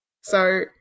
So-